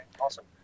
awesome